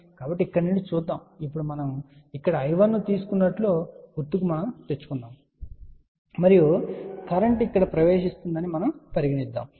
కాబట్టి ఇక్కడి నుండి చూద్దాం ఇప్పుడు మనం ఇక్కడ I1 ను తీసుకున్నట్లు గుర్తుకు తెచ్చుకోండి మరియు కరెంట్ ఇక్కడ ప్రవేశిస్తుందని పరిగణించండి